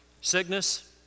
sickness